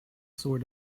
sort